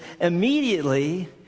immediately